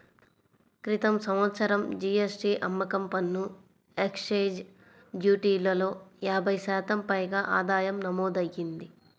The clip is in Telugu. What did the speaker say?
క్రితం సంవత్సరం జీ.ఎస్.టీ, అమ్మకం పన్ను, ఎక్సైజ్ డ్యూటీలలో యాభై శాతం పైగా ఆదాయం నమోదయ్యింది